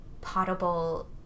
potable